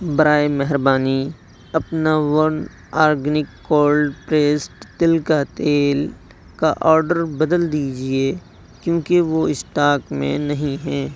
برائے مہربانی اپنا ون آرگینک کولڈ پریسڈ تل کا تیل کا آرڈر بدل دیجیے کیونکہ وہ اسٹاک میں نہیں ہے